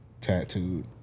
tattooed